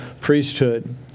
priesthood